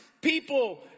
people